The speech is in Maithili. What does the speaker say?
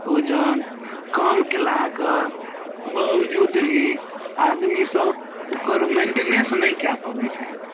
वजन कम कयलाके बावजूद भी आदमी सब ओकर मेंटनेंस नहि कए पबय छै